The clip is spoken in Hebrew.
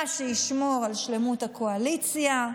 מה שישמור על שלמות הקואליציה,